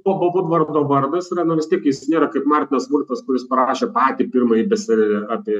bobo vudvardo vardas yra nu vis tiek jis nėra kaip martinas vurtas kuris parašė patį pirmąjį bestselerį apie